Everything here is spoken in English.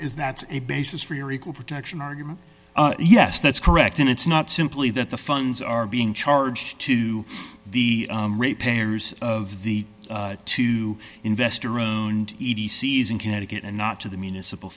is that a basis for your equal protection argument yes that's correct and it's not simply that the funds are being charged to the rate payers of the two investor runed e t c easing connecticut and not to the municipal